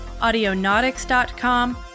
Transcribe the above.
audionautics.com